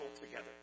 together